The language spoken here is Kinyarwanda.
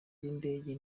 rw’indege